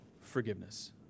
forgiveness